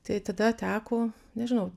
tai tada teko nežinau